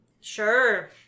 sure